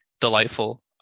delightful